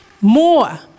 More